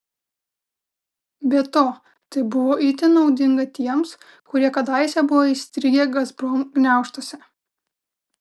be to tai buvo itin naudinga tiems kurie kadaise buvo įstrigę gazprom gniaužtuose